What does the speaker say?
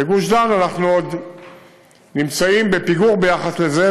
בגוש-דן אנחנו עוד נמצאים בפיגור ביחס לזה,